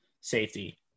safety